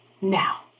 now